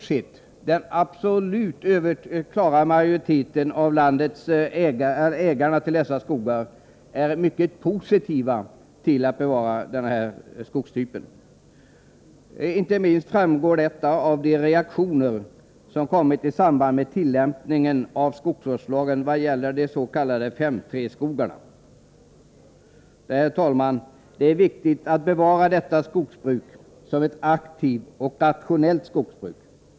En absolut klar majoritet av ägarna till dessa skogar är mycket positiv till att bevara denna skogstyp. Inte minst framgår detta av reaktionerna i samband med tillämpningen av skogsvårdslagen när det gäller de s.k. 5:3-skogarna. Det är, herr talman, viktigt att bevara detta skogsbruk såsom ett aktivt och rationellt skogsbruk.